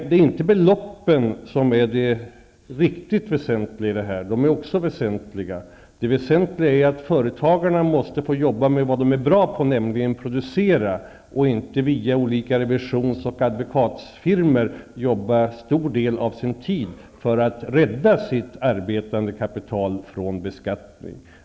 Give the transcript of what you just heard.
Det är inte beloppen som har den största betydelsen, även om också de är väsentliga. Det väsentligaste är dock att företagarna måste få jobba med det de är bra på, nämligen att producera, och inte tvingas använda en stor del av sin tid för att via revisions och advokatfirmor rädda sitt arbetande kapital från beskattning.